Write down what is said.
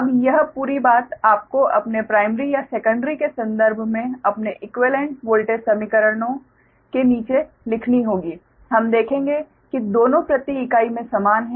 अब यह पूरी बात आपको अपने प्राइमरी या सेकंडरी के संदर्भ में अपने इक्वीवेलेंट वोल्टेज समीकरणों के नीचे लिखनी होगी हम देखेंगे कि दोनों प्रति इकाई में समान हैं